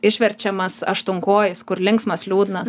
išverčiamas aštuonkojis kur linksmas liūdnas